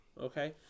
Okay